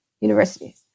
universities